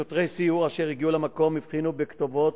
שוטרי סיור אשר הגיעו למקום הבחינו בכתובות: